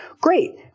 great